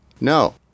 No